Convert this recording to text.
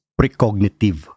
precognitive